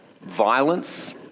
violence